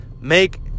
make